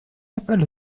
أفعل